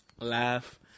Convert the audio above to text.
laugh